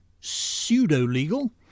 pseudo-legal